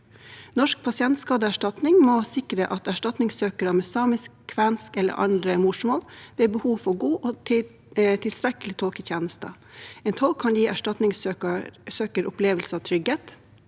Norsk pasientskadeerstatning må sikre at erstatningssøkere med samisk, kvensk eller andre morsmål ved behov får god og tilstrekkelig tolketjeneste. En tolk kan gi erstatningssøkere opplevelse av trygghet